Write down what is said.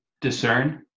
discern